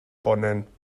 ponent